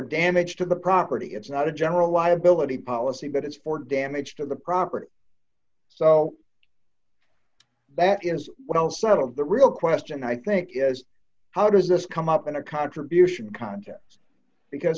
damage to the property it's not a general liability policy but it's for damage to the property so that is well settled the real question i think is how does this come up in a contribution contest because